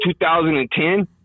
2010